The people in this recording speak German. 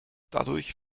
dadurch